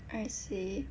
I see